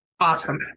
awesome